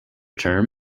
term